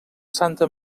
santa